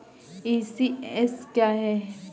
ECS क्या है?